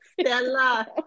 Stella